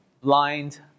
blind